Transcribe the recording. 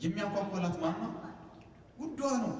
you know